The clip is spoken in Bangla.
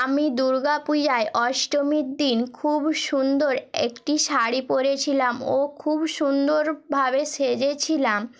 আমি দুর্গা পূজায় অষ্টমীর দিন খুব সুন্দর একটি শাড়ি পরেছিলাম ও খুব সুন্দরভাবে সেজেছিলাম